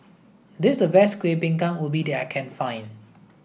this a best Kueh Bingka Ubi that I can find